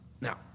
Now